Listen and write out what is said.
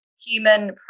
human